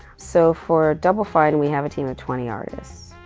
so for double fine we have a team of twenty artists.